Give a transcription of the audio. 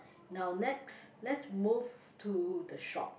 now next let's move to the shop